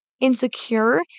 insecure